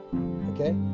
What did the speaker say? okay